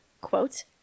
quote